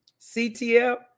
CTL